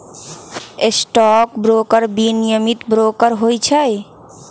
stock broker विनियमित broker होइ छइ